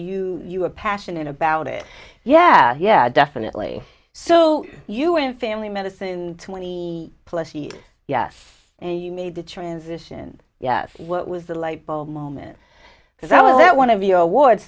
you you a passionate about it yeah yeah definitely so you went family medicine twenty plus years yes and you made the transition yes what was the lightbulb moment because that was one of your awards